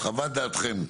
חוות דעתכם.